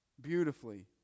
Beautifully